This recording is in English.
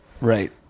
Right